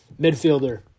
Midfielder